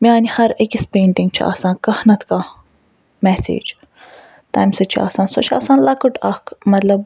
میانہِ ہر أکِس پیٚنٹِنٛگ چھُ آسان کانٛہہ نَتہٕ کانٛہہ مٮ۪سیج تَمہِ سۭتۍ چھُ آسان سۄ چھِ آسان لکٕٹ اکھ مطلب